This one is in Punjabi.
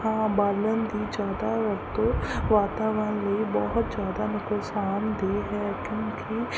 ਆਮ ਬਾਲਣ ਦੀ ਜ਼ਿਆਦਾ ਵਰਤੋਂ ਵਾਤਾਵਰਨ ਲਈ ਬਹੁਤ ਜ਼ਿਆਦਾ ਨੁਕਸਾਨਦੇਹ ਹੈ ਕਿਉਂਕਿ